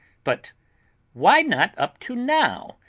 but why not up to now?